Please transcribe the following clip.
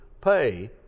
Pay